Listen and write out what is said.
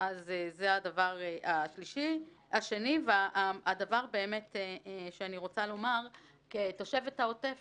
זה הדבר השני והדבר שאני רוצה לומר כתושבת העוטף